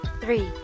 three